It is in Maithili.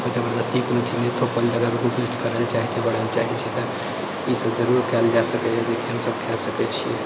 ओकरापर जबरदस्ती कोनो चीज नहि थोपल जाए जँ ओ किछु करैलए चाहै छै आगाँ बढ़ैलए चाहै छै तऽ ईसब जरूर कएल जा सकैए जेकि हमसब कऽ सकै छिए